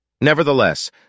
Nevertheless